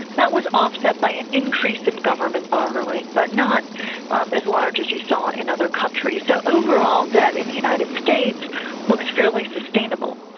that was offset by an increase in government borrowing, but not um as large as you saw in other countries. so overall debt in the united states looks fairly sustainable.